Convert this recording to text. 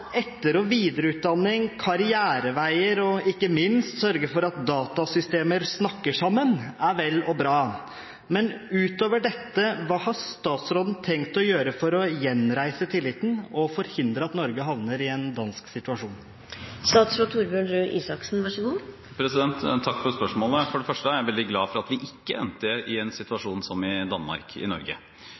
videreutdanning, karriereveier og ikke minst å sørge for at datasystemer snakker sammen, er vel og bra, men utover dette, hva har statsråden tenkt å gjøre for å gjenreise tilliten og forhindre at Norge havner i en dansk situasjon? Takk for spørsmålet. For det første er jeg veldig glad for at vi ikke endte i en situasjon som i Danmark i Norge.